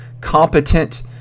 competent